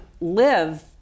live